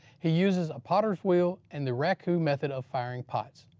he uses a potters wheel and the raccoon method of firing pots.